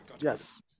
Yes